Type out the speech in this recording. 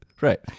Right